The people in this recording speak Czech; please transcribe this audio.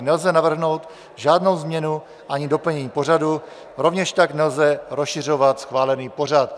Nelze navrhnout žádnou změnu ani doplnění pořadu, rovněž tak nelze rozšiřovat schválený pořad.